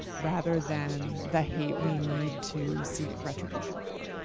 rather than the hate we need to seek retribution for.